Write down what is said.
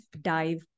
dive